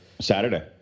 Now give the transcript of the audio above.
Saturday